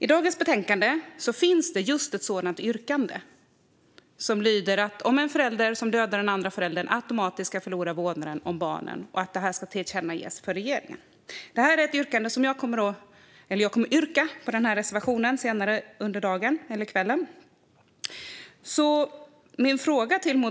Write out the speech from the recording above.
I dagens betänkande finns en reservation där det föreslås att en förälder som har dödat den andra föräldern automatiskt ska förlora vårdnaden om barnen och att detta ska tillkännages för regeringen. Jag kommer att yrka bifall till denna reservation senare under kvällen.